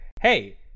Hey